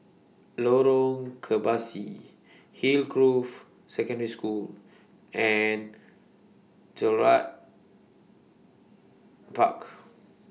Lorong Kebasi Hillgrove Secondary School and Gerald Park